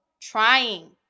trying